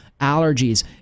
allergies